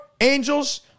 angels